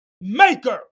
maker